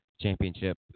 championship